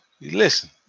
listen